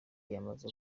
yamaze